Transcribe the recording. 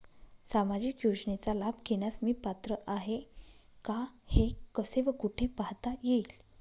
सामाजिक योजनेचा लाभ घेण्यास मी पात्र आहे का हे कसे व कुठे पाहता येईल?